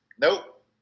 Nope